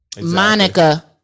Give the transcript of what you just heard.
Monica